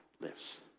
lives